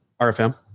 RFM